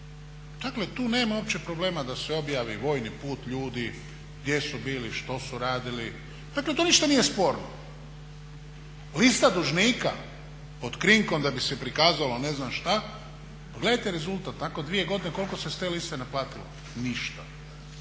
Dakle, tu nema uopće problema da se objavi vojni put ljudi, gdje su bili, što su radili. Dakle, tu ništa nije sporno. Lista dužnika pod krinkom da bi se prikazalo ne znam što. Pogledajte rezultat, nakon dvije godine koliko se s te liste naplatilo? Ništa!